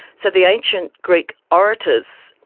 so the ancient greek orators,